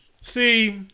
See